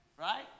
Right